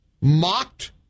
mocked